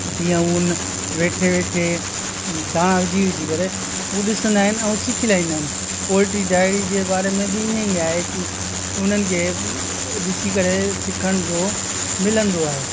तीअं हुन वेठे वेठे धाणा विझी विझी करे उहो ॾिसंदा आहिनि ऐं सिखी लाहींदा आहिनि पोल्ट्री डायरी जे बारे में बि इअं ई आहे कि उन्हनि खे ॾिसी करे सिखण जो मिलंदो आहे